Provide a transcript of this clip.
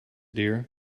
dear